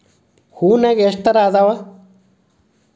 ಹೂನ್ಯಾಗ ಎಷ್ಟ ತರಾ ಅದಾವ್?